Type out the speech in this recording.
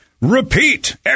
repeat